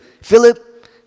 Philip